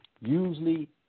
usually